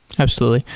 absolutely.